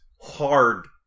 hard